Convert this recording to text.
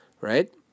Right